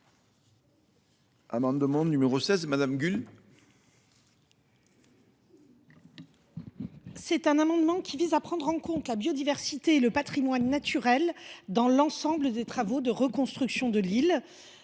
Cet amendement vise à prendre en compte la biodiversité et le patrimoine naturel pour l’ensemble des travaux de reconstruction de l’île.